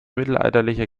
mittelalterlicher